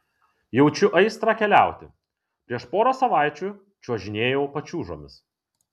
jaučiu aistrą keliauti prieš porą savaičių čiuožinėjau pačiūžomis